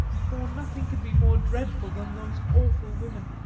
for nothing can be more dreadful than those awful women,